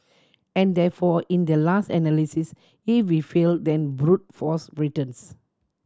and therefore in the last analysis if we fail then brute force returns